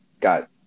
got